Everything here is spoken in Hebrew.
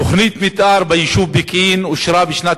תוכנית מיתאר ביישוב פקיעין אושרה בשנת